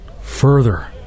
Further